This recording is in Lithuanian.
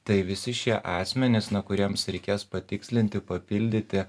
tai visi šie asmenys na kuriems reikės patikslinti papildyti